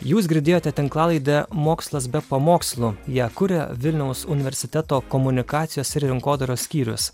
jūs girdėjote tinklalaidę mokslas be pamokslų ją kuria vilniaus universiteto komunikacijos ir rinkodaros skyrius